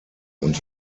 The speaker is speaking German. und